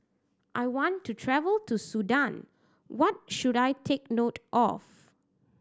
I want to travel to Sudan what should I take note of